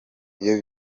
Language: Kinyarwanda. iyo